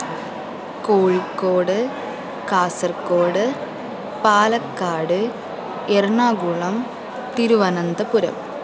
Kozhikode Kasaragod Palakkad Ernakulam Thiruvananthapuram